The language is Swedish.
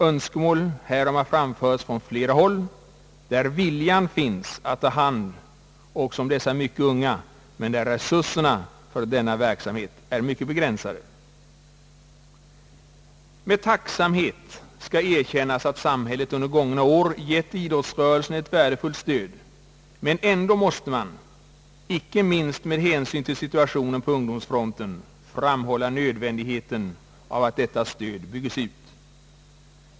Önskemål härom har framförts från flera håll, där viljan finns att ta hand om dessa mycket unga, men där resurserna för denna verksamhet är mycket begränsad. Med tacksamhet skall erkännas att samhället under gångna år givit idrottsrörelsen ett värdefullt stöd, men man måste ändå, icke minst med hänsyn till situationen på ungdomsfronten, framhålla nödvändigheten av att detta stöd byggs ut.